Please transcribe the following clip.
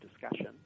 discussion